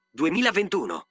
2021